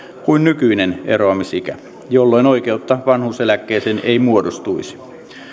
kuin nykyinen eroamisikä jolloin oikeutta vanhuuseläkkeeseen ei muodostuisi